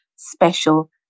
special